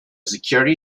security